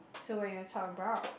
so what you want talk about